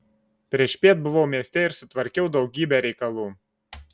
priešpiet buvau mieste ir sutvarkiau daugybę reikalų